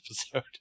episode